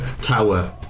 tower